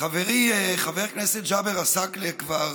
חברי חבר הכנסת ג'אבר עסאקלה כבר